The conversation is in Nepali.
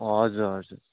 हजुर हजुर